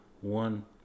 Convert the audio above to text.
one